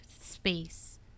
space